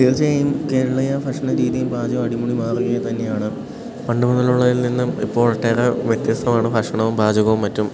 തീർച്ചയായും കേരളീയ ഭക്ഷണ രീതിയും പാചകവും അടിമുടി മാറുക തന്നെയാണ് പണ്ടു മുതലുള്ളതിൽ നിന്നും ഇപ്പോഴത്തേത് വ്യത്യസ്തമാണ് ഭക്ഷണവും പാചകവും മറ്റും